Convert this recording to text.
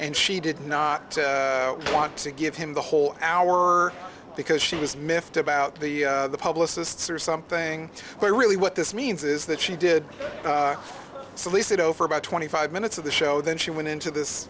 and she did not want to give him the whole hour because she was miffed about the publicists or something but really what this means is that she did solicit over about twenty five minutes of the show then she went into this